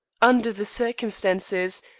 under the circumstances,